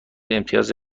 امتیاز